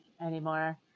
anymore